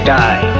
die